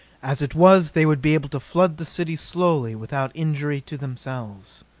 as it was they would be able to flood the city slowly, without injury to themselves.